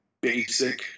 basic